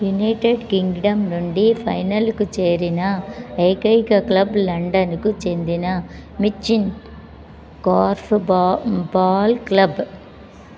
United Kingdom నుండి ఫైనల్కు చేరిన ఏకైక క్లబ్ లండన్కు చెందిన మిచ్చిన్ కర్ఫ్బా బాల్ క్లబ్